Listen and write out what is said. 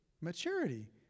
Maturity